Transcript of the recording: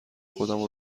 خودمو